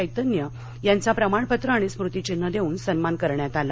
चैतन्य यांचा प्रमाणपत्र आणि स्मृतीचिन्ह देऊन सन्मान करण्यात आला